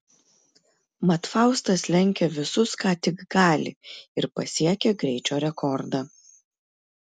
mat faustas lenkia visus ką tik gali ir pasiekia greičio rekordą